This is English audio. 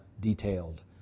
detailed